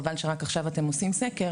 חבל שרק עכשיו אתם עושים סקר,